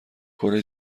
کره